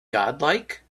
godlike